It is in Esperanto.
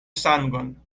sangon